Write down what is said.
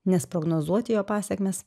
nes prognozuoti jo pasekmes